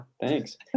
Thanks